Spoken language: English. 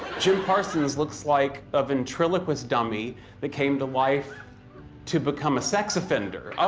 jim parsons looks like a ventriloquist dummy that came to life to become a sex offender.